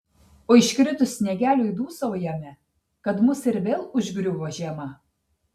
o iškritus sniegeliui dūsaujame kad mus ir vėl užgriuvo žiema